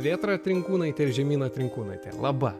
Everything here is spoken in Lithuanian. vėtra trinkūnaitė ir žemyna trinkūnaitė laba